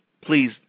please